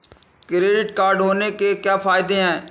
Credit card होने के क्या फायदे हैं?